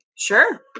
Sure